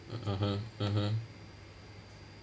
mmhmm mmhmm